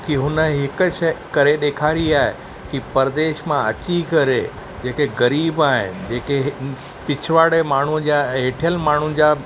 की हुन हिकु शइ करे ॾेखारी आहे की परदेस मां अची करे जेके ग़रीब आहिनि जेके पिछवाड़े माण्हू जा हेठियल माण्हू जा